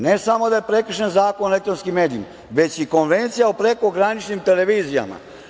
Ne samo da je prekršen Zakon o elektronskim medijima, već i Konvencija o prekograničnim televizijama.